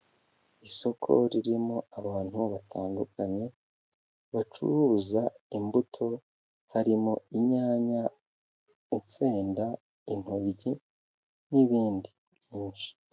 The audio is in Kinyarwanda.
Isoko ririmo abantu batandukanye bacuruza imbuto harimo inyanya, insenda, intoryi n'ibindi byinshi.